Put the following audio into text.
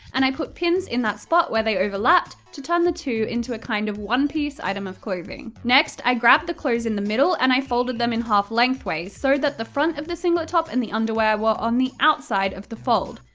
and i put pins in that spot where they overlapped, to turn the two into a kind-of kind of one-piece item of clothing. next, i grabbed the clothes in the middle, and i folded them in half lengthways, so that the front of the singlet top and the underwear were on the outside of the fold.